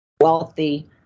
wealthy